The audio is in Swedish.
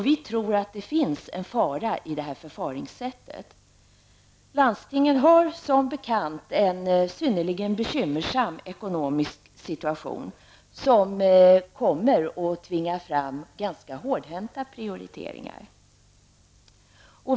Vi tror att det finns en fara i detta förfaringssätt. Landstingen har som bekant en synnerligen bekymmersam ekonomisk situation, som kommer att tvinga fram ganska hårdhänta prioriteringar.